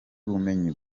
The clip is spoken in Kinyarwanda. bumenyi